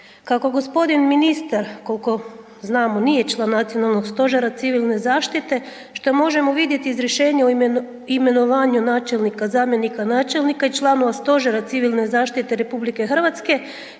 Kako gospodin ministar koliko znamo nije član Nacionalnog stožera civilne zaštite što možemo vidjeti iz rješenja o imenovanju načelnika, zamjenika načelnika i članova Stožera civilne zaštite RH koje je